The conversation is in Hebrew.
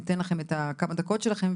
ניתן לכם את כמה הדקות שלכם.